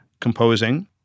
composing